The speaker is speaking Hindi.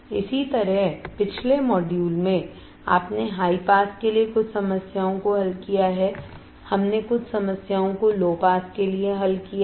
इसी तरह पिछले मॉड्यूल में आपने हाई पास के लिए कुछ समस्याओं को हल किया है हमने कुछ समस्याओं को लो पास के लिए हल किया है